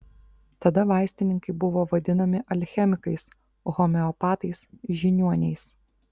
tada vaistininkai buvo vadinami alchemikais homeopatais žiniuoniais